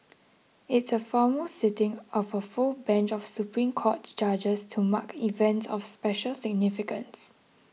it's a formal sitting of a full bench of Supreme Court judges to mark events of special significance